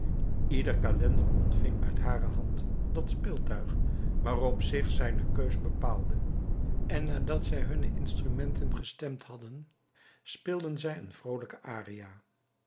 ieder calender ontving uit hare hand dat speeltuig waarop zich zijne keus bepaalde en nadat zij hunne instrumenten gestemd hadden speelden zij eene vrolijke aria